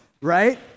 right